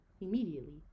immediately